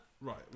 Right